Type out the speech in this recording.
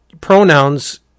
pronouns